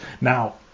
Now